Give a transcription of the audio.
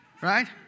Right